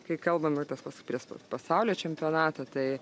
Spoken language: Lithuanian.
kai kalbam ir tas pats pries p pasaulio čempionatą tai